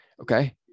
okay